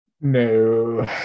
No